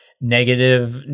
negative